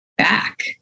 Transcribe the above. back